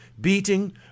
beating